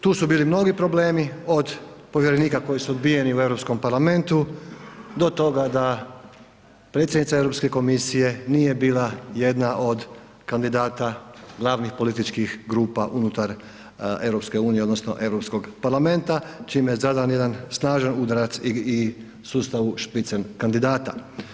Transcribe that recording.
Tu su bili mnogi problemi, od povjerenika koji su odbijeni u Europskom parlamentu do toga da predsjednica Europske komisije nije bila jedna od kandidata glavnih političkih grupa unutar EU odnosno Europskog parlamenta čime je zadan jedan snažan udarac i sustavu spitzen kandidata.